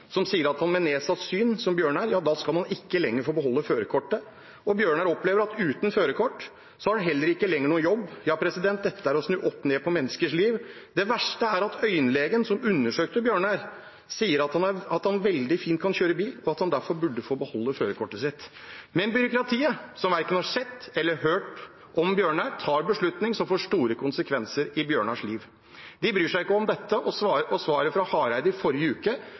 som sier at man med nedsatt syn, som Bjørnar, ikke lenger skal få beholde førerkortet, og Bjørnar opplever at uten førerkort har han heller ikke lenger noen jobb. Dette er å snu opp ned på menneskers liv. Det verste er at øyelegen som undersøkte Bjørnar, sier at han veldig fint kan kjøre bil, og at han derfor burde fått beholde førerkortet. Men byråkratiet, som verken har sett eller hørt om Bjørnar, tar en beslutning som får store konsekvenser for Bjørnars liv. De bryr seg ikke om dette. Og svaret fra statsråd Hareide i forrige uke